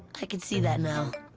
i can see that now.